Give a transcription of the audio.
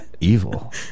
evil